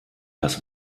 das